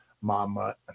Mama